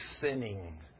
sinning